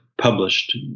published